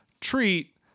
treat